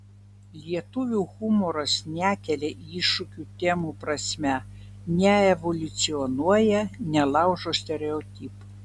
lietuvių humoras nekelia iššūkių temų prasme neevoliucionuoja nelaužo stereotipų